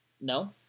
No